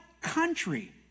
country